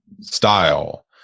style